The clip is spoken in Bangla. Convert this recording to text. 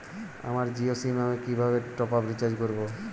আমার জিও সিম এ কিভাবে টপ আপ রিচার্জ করবো?